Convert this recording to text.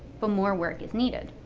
but more work is needed.